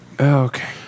Okay